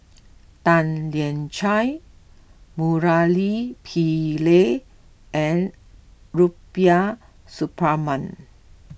Tan Lian Chye Murali Pillai and Rubiah Suparman